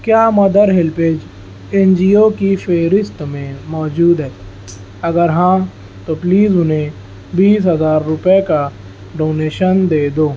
کیا Mother HelpAge N G O کی فہرست میں موجود ہے اگر ہاں تو پلیز انہیں بیس ہزار روپے کا ڈونیشن دے دو